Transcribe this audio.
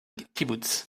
kibboutz